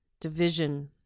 division